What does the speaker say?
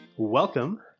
welcome